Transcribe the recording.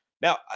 Now